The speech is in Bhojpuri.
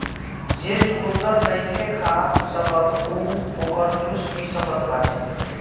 जे चुकंदर नईखे खा सकत उ ओकर जूस पी सकत बाटे